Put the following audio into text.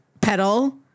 pedal